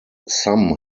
some